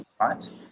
right